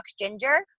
Ginger